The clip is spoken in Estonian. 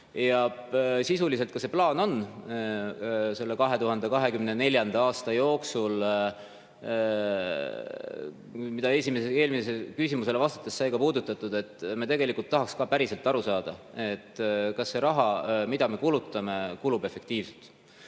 Sisuliselt ka see plaan on. Selle 2024. aasta jooksul, nagu eelmisele küsimusele vastates sai puudutatud, me tegelikult tahaks ka päriselt aru saada, kas see raha, mida me kulutame, kulub efektiivselt.